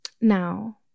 now